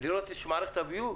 בדירות יש מערכת ביוב